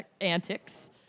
antics